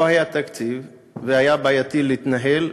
לא היה תקציב והיה בעייתי להתנהל,